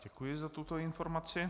Děkuji za tuto informaci.